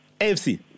AFC